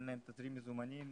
אין להם תזרים מזומנים,